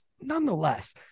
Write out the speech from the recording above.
nonetheless